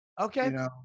Okay